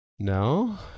No